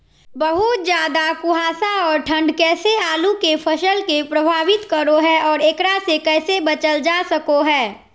बहुत ज्यादा कुहासा और ठंड कैसे आलु के फसल के प्रभावित करो है और एकरा से कैसे बचल जा सको है?